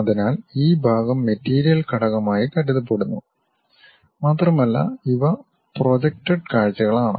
അതിനാൽ ഈ ഭാഗം മെറ്റീരിയൽ ഘടകമായി കരുതപ്പെടുന്നു മാത്രമല്ല ഇവ പ്രൊജക്റ്റഡ് കാഴ്ചകളാണ്